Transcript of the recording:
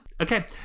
Okay